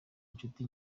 incuti